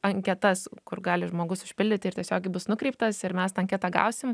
anketas kur gali žmogus užpildyti ir tiesiogiai bus nukreiptas ir mes tą anketą gausim